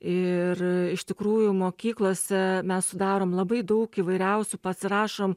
ir iš tikrųjų mokyklose mes sudarom labai daug įvairiausių pasirašom